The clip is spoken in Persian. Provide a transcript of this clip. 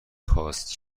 خواست